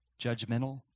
judgmental